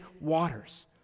waters